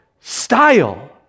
style